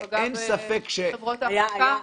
שפגעה בחברות האחזקה.